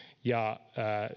ja